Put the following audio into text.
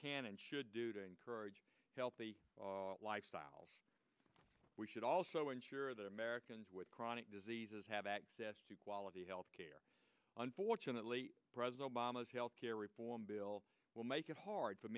can and should do to encourage healthy lifestyle we should also ensure that americans with chronic diseases have access to quality health care unfortunately president obama's health care reform bill will make it hard for